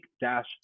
dash